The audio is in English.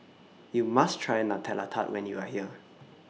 YOU must Try Nutella Tart when YOU Are here